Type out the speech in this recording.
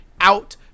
out